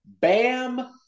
Bam